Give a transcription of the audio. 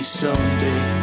someday